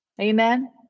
Amen